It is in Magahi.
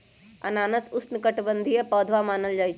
अनानास उष्णकटिबंधीय पौधा मानल जाहई